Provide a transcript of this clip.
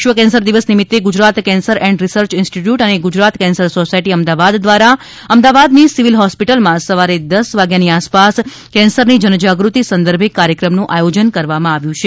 વિશ્વ કેન્સર દિવસ નિમિત્તે Gujarat cancer and research institute અને ગુજરાત કેન્સર સોસાયટી અમદાવાદ દ્વારા અમદાવાદની સિવિલ હોસ્પિટલમાં સવારે દસ વાગ્યાની આસપાસ કેન્સરની જનજાગૃતિ સંદર્ભે કાર્યક્રમનું આયોજન કરવામાં આવ્યું છે